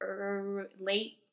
late